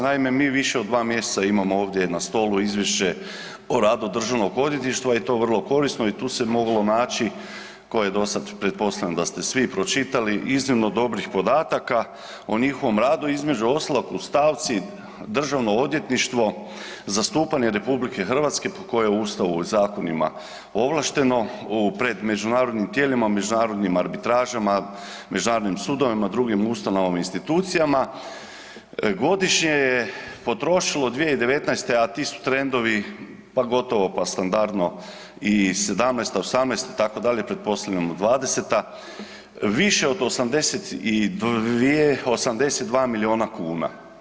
Naime, mi više od 2 mjeseca imamo ovdje na stolu izvješće o radu Državnog odvjetništva i to je vrlo korisno i tu se moglo naći tko je dosada, pretpostavljam da ste svi pročitali, iznimno dobrih podataka o njihovom radu, između ostalog u stavci Državno odvjetništvo zastupanje RH po koje je Ustavom i zakonima ovlašteno, u pred međunarodnim tijelima, međunarodnim arbitražama, međunarodnim sudovima, drugim ustanovama i institucijama, godišnje je potrošilo 2019., a ti su trendovi pa gotovo pa standardno i '17., '18., itd., pretpostavljamo '20.-ta više od 82 miliona kuna.